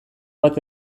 bat